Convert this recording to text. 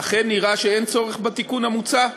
ולכן נראה שאין צורך בתיקון המוצע,